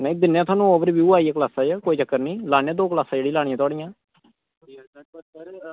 ते अच्छा overviews आई गे बड़े दिक्खनै आं जिन्नियां क्लॉसां लानियां लानै आं